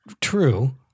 True